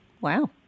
Wow